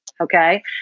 okay